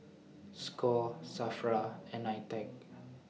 SCORE SAFRA and NITEC